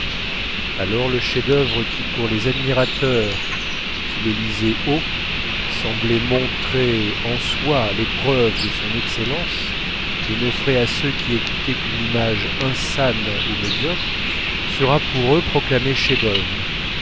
alors le chef-d'œuvre qui pour les admirateurs qui le lisaient haut semblait montrer en soi les preuves de son excellence et n'offrait à ceux qui écoutaient qu'une image insane ou médiocre sera par eux proclamé